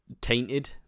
tainted